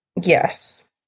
Yes